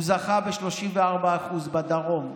הוא זכה ב-34% בדרום.